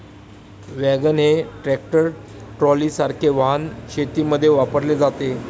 wagon हे tractor ट्रॉलीसारखे वाहन शेतीमध्ये वापरले जाते